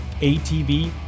ATV